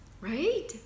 right